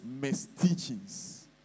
mis-teachings